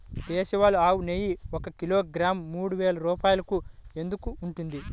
దేశవాళీ ఆవు నెయ్యి ఒక కిలోగ్రాము మూడు వేలు రూపాయలు ఎందుకు ఉంటుంది?